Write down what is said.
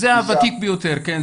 זה הוותיק ביותר, כן.